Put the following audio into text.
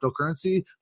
cryptocurrency